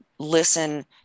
listen